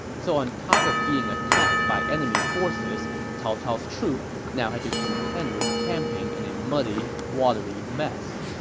so on top of being attacked by enemy forces, cao cao's troops now had to contend with camping in a muddy, watery mess.